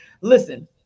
Listen